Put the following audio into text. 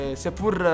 seppur